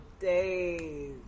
days